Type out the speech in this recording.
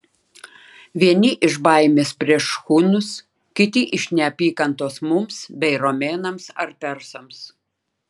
vieni iš baimės prieš hunus kiti iš neapykantos mums bei romėnams ar persams